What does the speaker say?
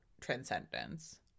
Transcendence